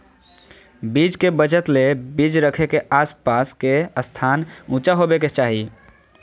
बीज के बचत ले बीज रखे के आस पास के स्थान ऊंचा होबे के चाही